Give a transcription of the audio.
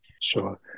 Sure